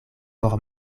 por